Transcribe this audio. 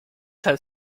has